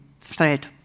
thread